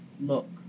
look